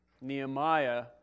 Nehemiah